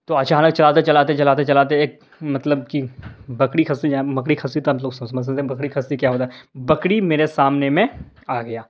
تو اچانک چلاتے چلاتے چلاتے چلاتے ایک مطلب کہ بکری خصی جو ہے بکری خصی تو آپ لوگ سب سمجھتے ہیں بکری خصی کیا ہوتا ہے بکری میرے سامنے میں آ گیا